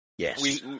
Yes